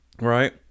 Right